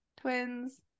Twins